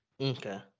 Okay